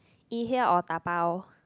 eat her or dabao